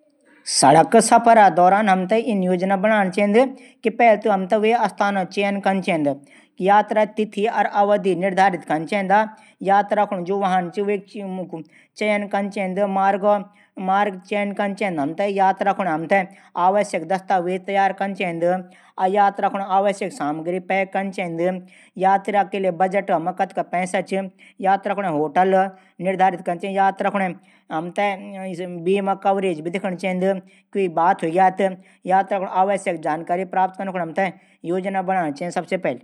सडक सफर दौरान हमथै इन योजना बणान चैंद। पैल त हमथै वे स्थान चुन चैंद। यात्रा तिथी अवधि निर्धारित कन चैंद। यात्रा कुने जो वाहन वेक बारा मा जानकारी लेंण चैद। मार्ग बारे भी जानकारी लीण चैंद। यात्रा कुनै आवश्यकता दस्तावेज तैयार कन चैंद। यात्रा कुन आवश्यक सामग्री तैयार कन चैंद। यात्रा बजट। यात्रा बीमा कवरेज। इत्यादि